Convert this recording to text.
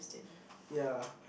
ya I